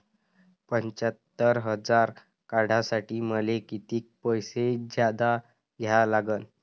पंच्यात्तर हजार काढासाठी मले कितीक पैसे जादा द्या लागन?